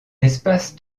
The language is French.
espace